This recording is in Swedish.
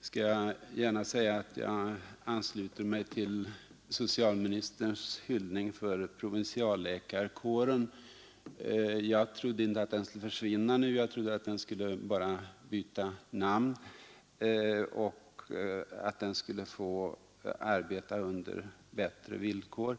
skall jag gärna säga att jag ansluter mig till socialministerns hyllning till provinsialläkarkåren. Jag trodde inte att den skulle försvinna nu, jag trodde att den bara skulle byta namn och att den skulle få arbeta under bättre villkor.